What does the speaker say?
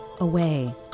away